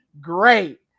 Great